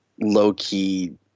low-key